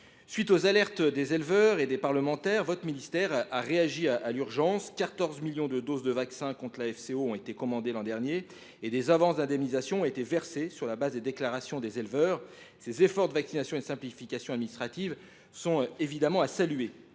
suite des alertes des éleveurs et des parlementaires, votre ministère a réagi en urgence : 14 millions de doses de vaccins contre la FCO ont été commandées l’an dernier et des avances d’indemnisation ont été versées sur la base des déclarations des éleveurs. Ces efforts de vaccination et de simplification administrative doivent évidemment être salués